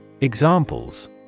Examples